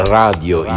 radio